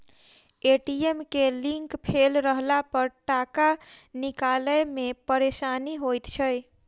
ATM के link fail रहलापर टाका निकालै मे परेशानी होइत छै